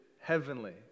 heavenly